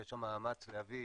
יש שם מאמץ להביא,